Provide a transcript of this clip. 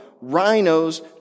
rhinos